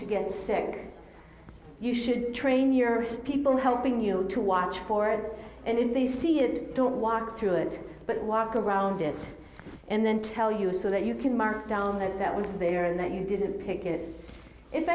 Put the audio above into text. to get sick you should train your wrist people helping you to watch for and in they see it don't walk through it but walk around it and then tell you so that you can mark down there that was there and that you didn't pick it if